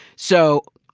so,